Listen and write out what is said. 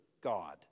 God